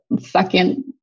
second